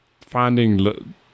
finding